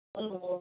hello